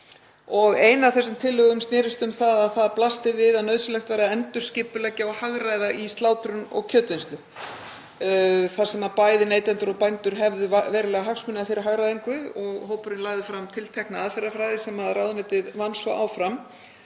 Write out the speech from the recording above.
Ein af þessum tillögum snerist um að það blasti við að nauðsynlegt væri að endurskipuleggja og hagræða í slátrun og kjötvinnslu þar sem bæði neytendur og bændur hefðu verulega hagsmuni af þeirri hagræðingu. Hópurinn lagði fram tiltekna aðferðafræði sem ráðuneytið vann svo áfram.